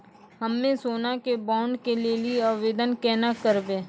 हम्मे सोना के बॉन्ड के लेली आवेदन केना करबै?